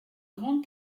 grande